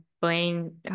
Blaine